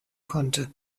konnte